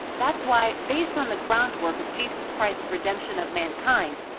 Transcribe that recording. that's why based on the groundwork of jesus christ's redemption of mankind,